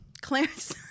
Clarence